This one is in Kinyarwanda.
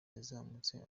yazamutse